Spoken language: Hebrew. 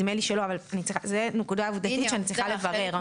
זה נקודה עובדתית שאני צריכה לברר.